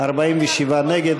47 נגד,